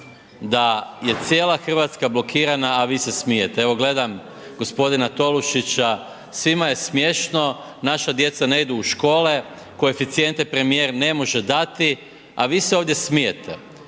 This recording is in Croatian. da je cijela Hrvatska blokirana, a vi se smijete. Evo gledam gospodina Tolušića, svima je smiješno, naša djeca ne idu u škole, koeficijente premijer ne može dati, a vi se ovdje smijete.